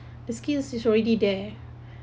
the skills is already there